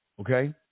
okay